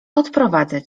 odprowadzę